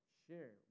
share